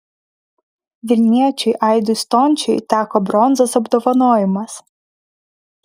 vilniečiui aidui stončiui teko bronzos apdovanojimas